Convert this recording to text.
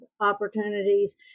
opportunities